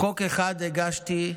חוק אחד הגשתי,